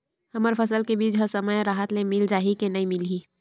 हमर फसल के बीज ह समय राहत ले मिल जाही के नी मिलही?